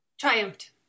Triumphed